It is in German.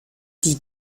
die